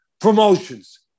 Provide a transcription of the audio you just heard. promotions